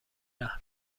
رحم